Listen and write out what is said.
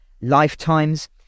lifetimes